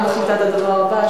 אני מחליטה את הדבר הבא,